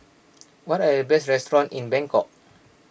what are the best restaurants in Bangkok